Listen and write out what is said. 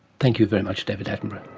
thank you very much david attenborough.